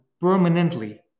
permanently